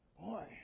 Boy